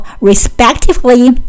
respectively